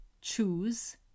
choose